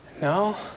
No